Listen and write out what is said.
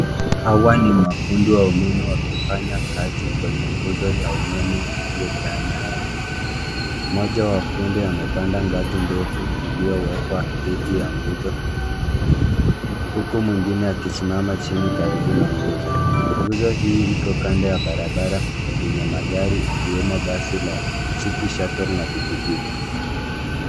Hawa ni mafundi wa umeme wakifanya kazi kwenye nguzo ya umeme iliyojaa nyaya nyingi. Mmoja wa fundi amepanda ngazi ndefu iliyowekwa dhidi ya nguzo, huku mwengine akisimama chini karibu nguzo. Nguzo hii iko kando ya barabara yenye magari ikiwemo basi la City Shuttle na pikipiki.